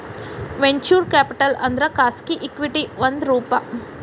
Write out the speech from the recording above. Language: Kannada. ವೆಂಚೂರ್ ಕ್ಯಾಪಿಟಲ್ ಅಂದ್ರ ಖಾಸಗಿ ಇಕ್ವಿಟಿ ಒಂದ್ ರೂಪ